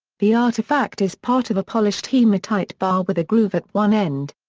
the artifact is part of a polished hematite bar with a groove at one end.